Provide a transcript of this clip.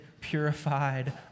purified